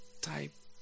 type